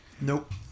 Nope